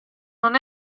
non